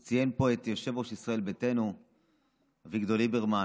הוא ציין פה את יושב-ראש ישראל ביתנו אביגדור ליברמן,